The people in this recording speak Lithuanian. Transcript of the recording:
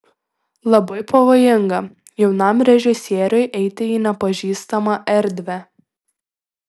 labai pavojinga jaunam režisieriui eiti į nepažįstamą erdvę